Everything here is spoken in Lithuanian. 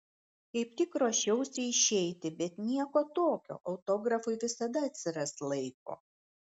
kaip tik ruošiausi išeiti bet nieko tokio autografui visada atsiras laiko